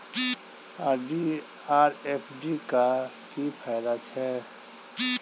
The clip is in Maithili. आर.डी आ एफ.डी क की फायदा छै?